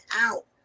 out